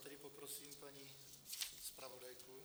Tedy poprosím paní zpravodajku.